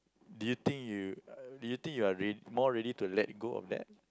do you think you do you think you're rea~ more ready to let go of that